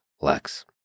LEX